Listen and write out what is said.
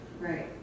Right